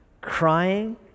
crying